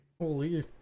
Holy